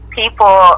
people